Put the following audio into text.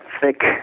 thick